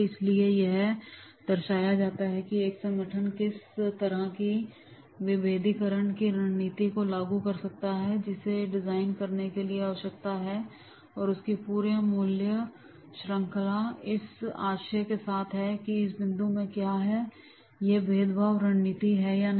इसलिए यह दर्शाया जाता है कि एक संगठन किस तरह से विभेदीकरण की रणनीति को लागू कर सकता है जिसे डिजाइन करने की आवश्यकता है और इसकी पूरी मूल्य श्रृंखला इस आशय के साथ है कि इस के बिंदु क्या हैं ये भेदभाव की रणनीति हैं या नहीं